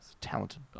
Talented